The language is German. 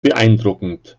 beeindruckend